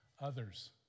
others